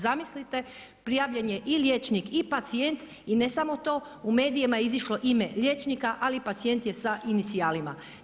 Zamislite prijavljen je i liječnik i pacijent i ne samo to, u medijima je izišlo ime liječnika ali pacijent je sa inicijalima.